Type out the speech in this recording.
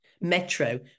Metro